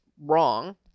wrong